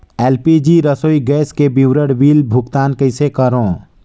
LPG रसोई gas के विवरण बिल भुगतान कइसे करों?